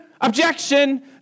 objection